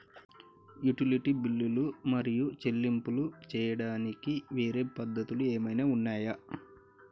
Utility బిల్లులు మరియు చెల్లింపులు చేయడానికి వేరే పద్ధతులు ఏమైనా ఉన్నాయా?